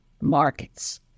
markets